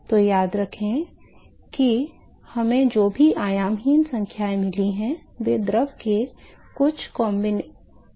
तो याद रखें कि हमें जो भी आयामहीन संख्याएँ मिली हैं वे द्रव के कुछ गुणों का संयोजन हैं